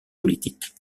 politiques